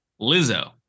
Lizzo